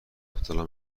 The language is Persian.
مبتلا